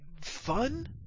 fun